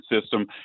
system